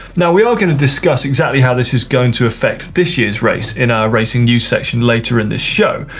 now we are gonna discuss exactly how this is going to affect this years race in our racing news section later in the show,